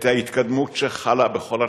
את ההתקדמות שחלה בכל התחומים,